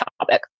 topic